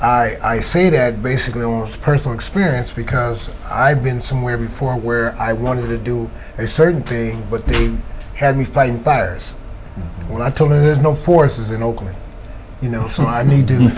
i say that basically was personal experience because i've been somewhere before where i wanted to do a certain but they had me fighting fires when i told me there's no forces in oakland you know so i